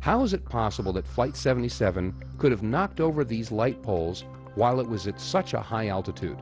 how is it possible that flight seventy seven could have knocked over these light poles while it was at such a high altitude